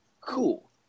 cool